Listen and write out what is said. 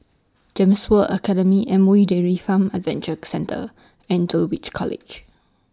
Gems World Academy M O E Dairy Farm Adventure Centre and Dulwich College